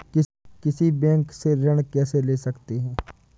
किसी बैंक से ऋण कैसे ले सकते हैं?